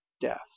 death